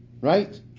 right